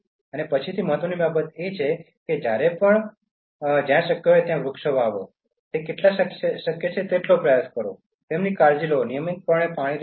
અને પછીની મહત્ત્વની બાબત એ છે કે જ્યારે પણ અને જ્યાં શક્ય હોય ત્યાં વૃક્ષો વાવો અને તે કરવાનો પ્રયાસ કરો તેમની કાળજી લો નિયમિતપણે પાણી રેડવું